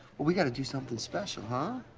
we've got to do something special, huh?